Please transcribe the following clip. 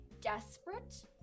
desperate